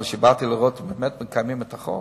בזה שבאתי לראות אם באמת מקיימים את החוק?